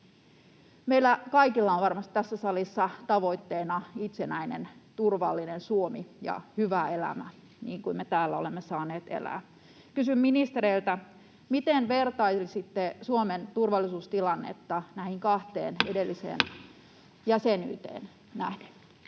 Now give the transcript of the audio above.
Meillä kaikilla on varmasti tässä salissa tavoitteena itsenäinen, turvallinen Suomi ja hyvä elämä, jota me täällä olemme saaneet elää. Kysyn ministereiltä: miten vertailisitte Suomen turvallisuustilannetta näiden kahden edellisen jäsenyyteen nähden?